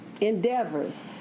endeavors